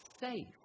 safe